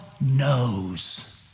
knows